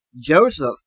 Joseph